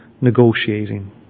negotiating